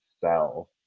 self